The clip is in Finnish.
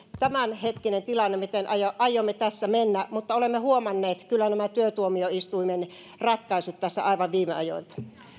tämänhetkinen tilanne miten aiomme tässä mennä mutta olemme huomanneet kyllä nämä työtuomioistuimen ratkaisut tässä aivan viime ajoilta